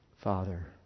Father